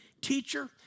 Teacher